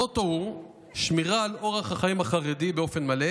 המוטו הוא שמירה על אורח החיים החרדי באופן מלא